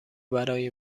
برای